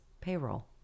payroll